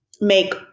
make